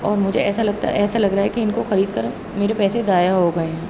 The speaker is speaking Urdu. اور مجھے ایسا لگتا ہے ایسا لگ رہا ہے کہ ان کو خرید کر میرے پیسے ضائع ہو گئے ہیں